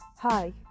hi